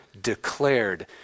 Declared